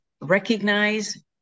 recognize